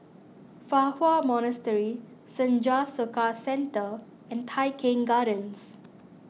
Fa Hua Monastery Senja Soka Centre and Tai Keng Gardens